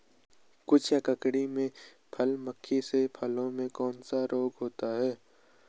कद्दू या ककड़ी में फल मक्खी से फलों में कौन सा रोग होता है?